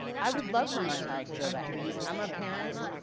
i would love for my child to go back. i'm a parent,